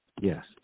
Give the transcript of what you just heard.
Yes